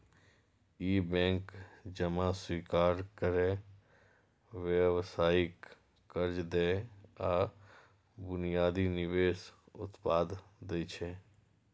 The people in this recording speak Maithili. ई बैंक जमा स्वीकार करै, व्यावसायिक कर्ज दै आ बुनियादी निवेश उत्पाद दै छै